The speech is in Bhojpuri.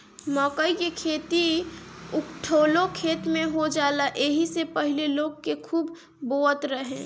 मकई कअ खेती उखठलो खेत में हो जाला एही से पहिले लोग एके खूब बोअत रहे